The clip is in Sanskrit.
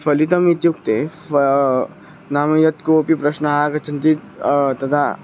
फलितम् इच्युक्ते फ नाम यत् कोऽपि प्रश्नः आगच्छन्ति तदा